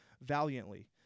valiantly